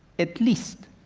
at least,